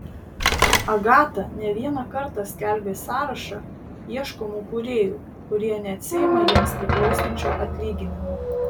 agata ne vieną kartą skelbė sąrašą ieškomų kūrėjų kurie neatsiima jiems priklausančio atlyginimo